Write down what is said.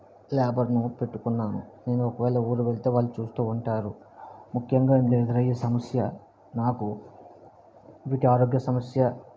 లేబర్ను పెట్టుకున్నాను నేను ఒకవేళ ఊరు వెళ్తే వాళ్ళు చూస్తు ఉంటారు ముఖ్యంగా నే ఎదురయ్యే సమస్య నాకు వీటి ఆరోగ్య సమస్య